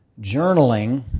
journaling